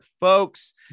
folks